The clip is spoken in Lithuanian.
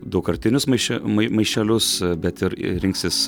draugkartinius maiše ma maišelius bet ir ir rinksis